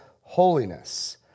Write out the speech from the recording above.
holiness